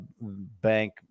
bank